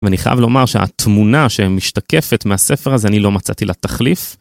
ואני חייב לומר שהתמונה שמשתקפת מהספר הזה, אני לא מצאתי לה תחליף.